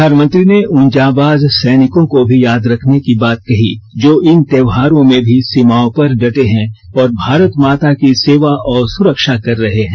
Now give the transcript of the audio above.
प्रधानमंत्री ने उन जाबांज सैनिकों को भी याद रखने की बात कहीं जो इन त्योहारों में भी सीमाओं पर डटे हैं और भारत माता की सेवा और सुरक्षा कर रहे हैं